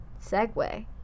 segue